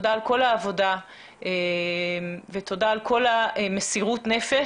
תודה על כל העבודה ותודה על כל מסירות הנפש.